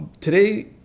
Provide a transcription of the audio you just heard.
Today